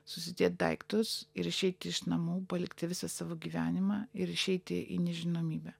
susidėt daiktus ir išeiti iš namų palikti visą savo gyvenimą ir išeiti į nežinomybę